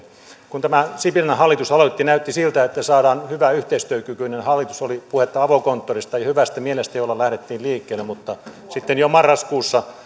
kun tämä sipilän hallitus aloitti näytti siltä että saadaan hyvä yhteistyökykyinen hallitus oli puhetta avokonttorista ja hyvästä mielestä jolla lähdettiin liikkeelle mutta sitten jo marraskuussa